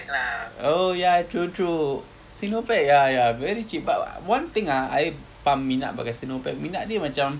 oh ya true true sinopec ya very cheap but one thing ah I pump minyak by sinopec minyak ni macam